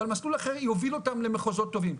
אבל מסלול אחר יוביל אותם למחוזות טובים,